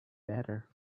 better